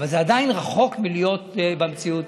אבל זה עדיין רחוק מלהיות במציאות.